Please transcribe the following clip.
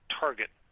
target